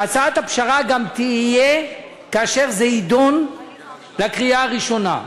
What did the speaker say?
והצעת הפשרה תהיה גם כאשר זה יידון לקריאה הראשונה.